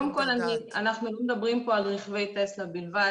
קודם כל, אנחנו לא מדברים פה על רכבי טסלה בלבד.